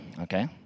Okay